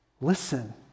Listen